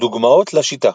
דוגמאות לשיטה